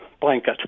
blanket